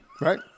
right